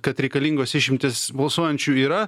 kad reikalingos išimtys balsuojančių yra